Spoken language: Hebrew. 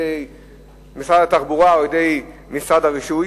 משרד התחבורה או על-ידי משרד הרישוי,